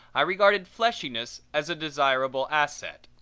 i regarded fleshiness as a desirable asset.